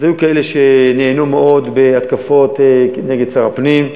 אז היו כאלה שנהנו מאוד מהתקפות נגד שר הפנים,